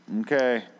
Okay